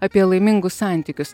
apie laimingus santykius